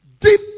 Deep